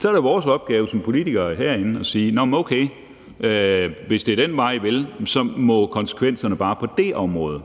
Så er det vores opgave som politikere at sige, at okay, hvis det er den vej, de vil, så må konsekvenserne bare også på det område